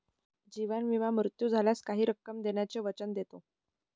जीवन विमा मृत्यू झाल्यास काही रक्कम देण्याचे वचन देतो